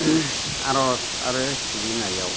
आरज आरो सिबिनायाव